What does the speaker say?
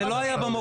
זה לא היה במוקד.